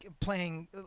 playing